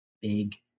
big